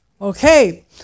Okay